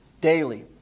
Daily